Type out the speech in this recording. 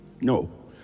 No